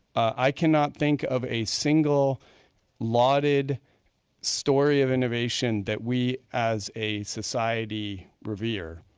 i cannot think of a single lauded story of innovation that we as a society revere,